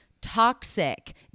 toxic